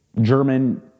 German